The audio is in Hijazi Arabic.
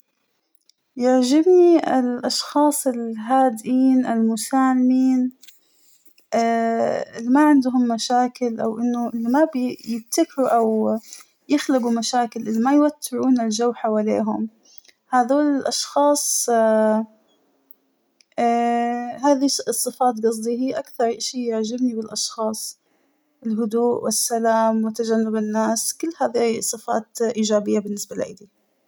يعجبنى الأشخاص الهادئيين المسالمين ، اللى ما عندهم مشاكل أو إنه اللى ما بيبتكروا أو يخلقوا مشاكل اللى ما يوترون الجو حوليهم هادول الأشخاص ، هذى الصفات قصدى هى أكثر إشى يعجبنى بالأشخاص، الهدوء والسلام وتجنب الناس كل هذى صفات إيجابية بالنسبة لإلى.